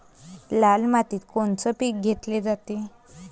लाल मातीत कोनचं पीक घेतलं जाते?